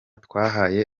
twahaye